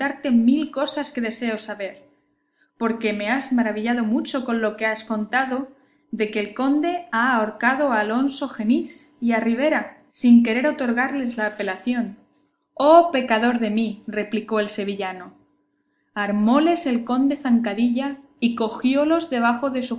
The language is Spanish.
mil cosas que deseo saber porque me has maravillado mucho con lo que has contado de que el conde ha ahorcado a alonso genís y a ribera sin querer otorgarles la apelación oh pecador de mí replicó el sevillano armóles el conde zancadilla y cogiólos debajo de su